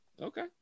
Okay